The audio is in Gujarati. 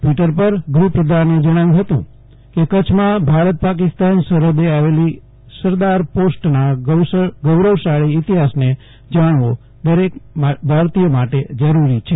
ટ્વિટર પર ગૃહપ્રધાને જણાવ્યું હતું કે કચ્છમાં ભારત પાકિસ્તાન સરહદે આવેલી સરદાર પોસ્ટના ગૌરવશાળી ઇતિહાસને જાણવો દરેક ભારતીય માટે જરૂરી છે